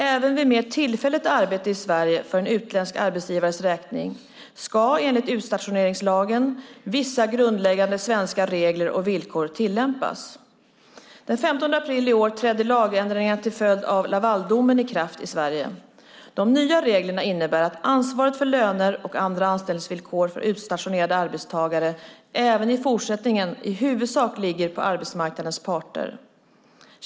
Även vid mer tillfälligt arbete i Sverige för en utländsk arbetsgivares räkning ska enligt utstationeringslagen vissa grundläggande svenska regler och villkor tillämpas. Den 15 april i år trädde lagändringen till följd av Lavaldomen i kraft i Sverige. De reglerna innebär att ansvaret för löner och andra anställningsvillkor för utstationerade arbetstagare även i fortsättningen i huvudsak ligger på arbetsmarknadens parter.